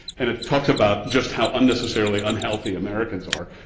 and it talks about just how unnecessarily unhealthy americans are.